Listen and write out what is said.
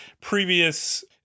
previous